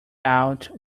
out